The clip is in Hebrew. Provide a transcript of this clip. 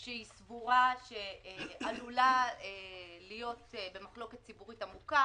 שהיא סבורה שעלולה להיות במחלוקת ציבורית עמוקה,